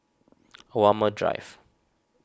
Walmer Drive